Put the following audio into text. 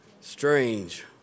Strange